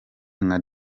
nka